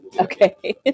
Okay